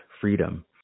freedom